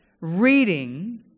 reading